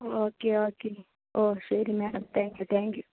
okay okay ഓ ശരി madam thank you thank you